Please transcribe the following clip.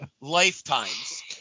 lifetimes